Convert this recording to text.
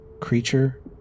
creature